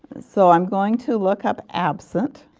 so i am going to look up absent,